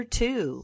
two